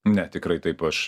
ne tikrai taip aš